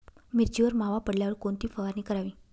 मिरचीवर मावा पडल्यावर कोणती फवारणी करावी?